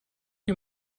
you